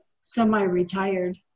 semi-retired